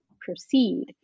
proceed